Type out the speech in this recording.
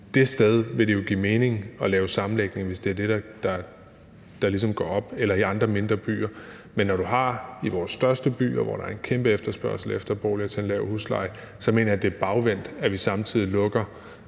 vil det jo give mening at lave sammenlægninger, hvis det er det, der ligesom får det til at gå op. Men når det handler om vores største byer, hvor der er en kæmpe efterspørgsel efter boliger til en lav husleje, så mener jeg, det er bagvendt, at vi samtidig lukker